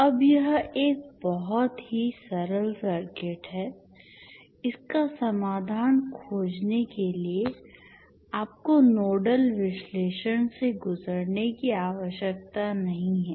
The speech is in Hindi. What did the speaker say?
अब यह एक बहुत ही सरल सर्किट है इसका समाधान खोजने के लिए आपको नोडल विश्लेषण से गुजरने की आवश्यकता नहीं है